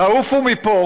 תעופו מפה,